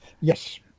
yes